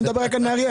אני מדבר רק על נהריה.